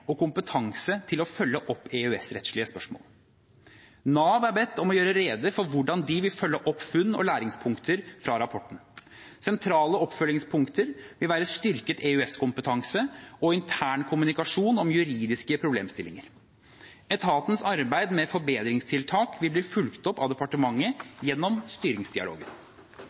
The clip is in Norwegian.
og kompetanse til å følge opp EØS-rettslige spørsmål. Nav er bedt om å gjøre rede for hvordan de vil følge opp funn og læringspunkter fra rapporten. Sentrale oppfølgingspunkter vil være styrket EØS-kompetanse og intern kommunikasjon om juridiske problemstillinger. Etatens arbeid med forbedringstiltak vil bli fulgt opp av departementet gjennom styringsdialogen.